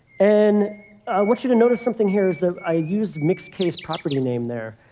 and i want you to notice something here is that i use mixed case property name there.